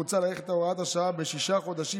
מוצע להאריך את הוראת השעה בשישה חודשים,